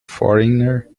foreigner